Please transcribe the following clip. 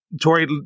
Tori